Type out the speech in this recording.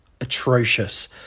atrocious